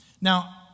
Now